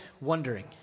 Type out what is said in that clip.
wondering